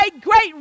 great